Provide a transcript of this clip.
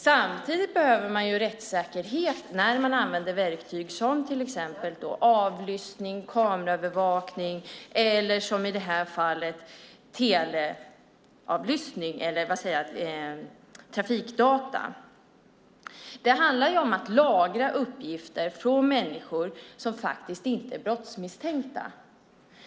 Samtidigt behöver man rättssäkerhet när man använder verktyg som till exempel avlyssning, kameraövervakning eller, som i det här fallet, trafikdata. Det handlar om att lagra uppgifter från människor som faktiskt inte är brottsmisstänkta.